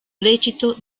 lecito